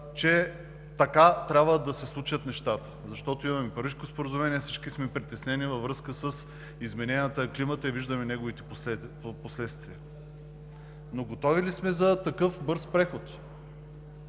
че така трябва да се случат нещата. Защото имаме Парижко споразумение, всички сме притеснени във връзка с измененията в климата и виждаме неговите последствия. Но готови ли сме за такъв бърз преход?